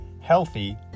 Healthy